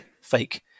fake